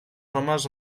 homes